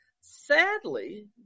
Sadly